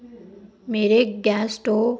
ਮੇਰੇ gas stove